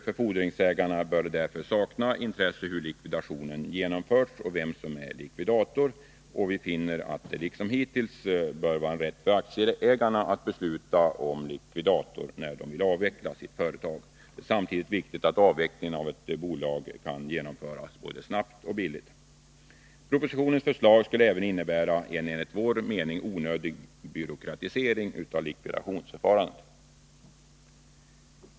För fordringsägarna bör det därför sakna intresse hur likvidationen genomförs och vem som är likvidator. Liksom hittills bör det vara en rättighet för aktieägarna att besluta om vem som skall vara likvidator. Det ligger också i aktieägarnas intresse att avvecklingen av bolaget genomförs snabbt och billigt. Propositionens förslag skulle även innebära en, enligt vår mening, onödig byråkratisering av likvidationsförfarandet.